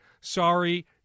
sorry